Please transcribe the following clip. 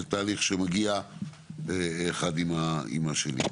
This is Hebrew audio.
זה תהליך שמגיע אחד עם השני.